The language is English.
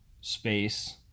space